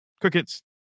crickets